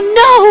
no